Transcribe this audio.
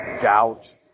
doubt